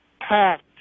packed